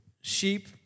Sheep